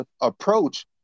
approach